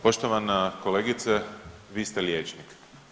Poštovana kolegice, vi ste liječnik.